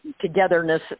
togetherness